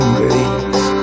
grace